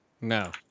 No